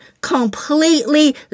completely